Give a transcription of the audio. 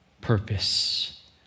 purpose